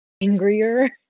angrier